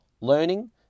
learning